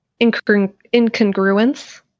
incongruence